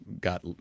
got